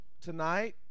tonight